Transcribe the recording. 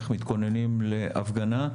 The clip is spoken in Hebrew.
איך מתכוננים להפגנה,